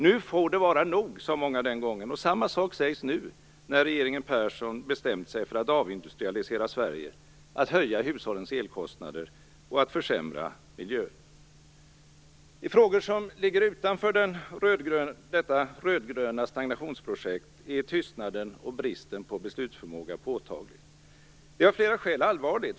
Nu får det vara nog, sade många den gången, och samma sak sägs nu när regeringen Persson bestämt sig för att avindustrialisera Sverige, att höja hushållens elkostnader och att försämra miljön. I frågor som ligger utanför detta röd-gröna stagnationsprojekt är tystnaden och bristen på beslutsförmåga påtaglig. Det är av flera skäl allvarligt.